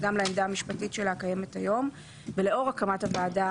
וגם לעמדה המשפטית שלה הקיימת היום ולאור הקמת הוועדה